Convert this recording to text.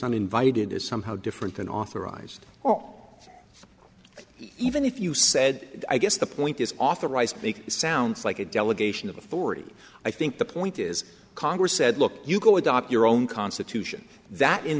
uninvited is somehow different than authorized or even if you said i guess the point is authorized to make sounds like a delegation of authority i think the point is congress said look you go adopt your own constitution that in